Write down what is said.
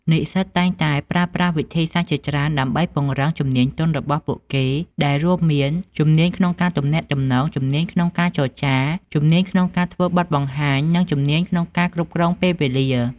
សិស្សនិស្សិតតែងតែប្រើប្រាស់វិធីសាស្រ្តជាច្រើនដើម្បីពង្រឹងជំនាញទន់របស់ពួកគេ ដែលរួមមាន ជំនាញក្នុងការទំនាក់ទំនង, ជំនាញក្នុងការចរចា, ជំនាញក្នុងការធ្វើបទបង្ហាញ និងជំនាញក្នុងការគ្រប់គ្រងពេលវេលា។